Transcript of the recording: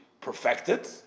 perfected